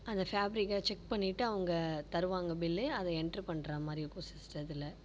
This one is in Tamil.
அந்த ஃபேப்ரிக்கை செக் பண்ணிவிட்டு அவங்க தருவாங்க பில்லு அதை என்ட்ரு பண்ணுற மாதிரி இருக்கும் சிஸ்ட்டத்தில்